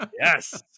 Yes